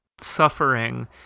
suffering